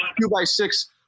two-by-six